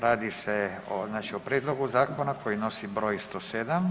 Radi se znači o prijedlogu zakona koji nosi broj 107.